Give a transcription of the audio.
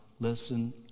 Listen